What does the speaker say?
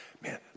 man